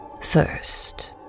First